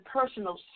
personal